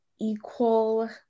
equal